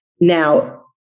Now